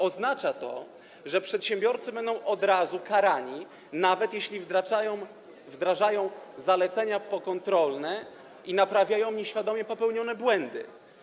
Oznacza to, że przedsiębiorcy będą od razu karani, nawet jeśli wdrażają zalecenia pokontrolne i naprawiają nieświadomie popełnione błędy.